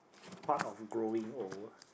part of growing old